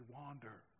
wander